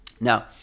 Now